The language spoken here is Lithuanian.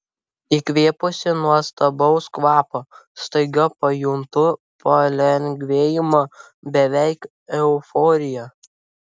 įkvėpusi nuostabaus kvapo staiga pajuntu palengvėjimą beveik euforiją